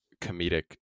comedic